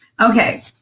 Okay